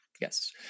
Yes